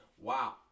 wow